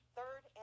Third